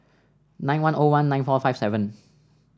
nine one O one nine four five seven